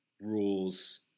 rules